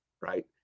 right